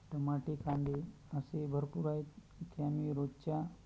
टमाटे कांदे असे भरपूर आहेत ते आम्ही रोजच्या